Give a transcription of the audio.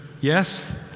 Yes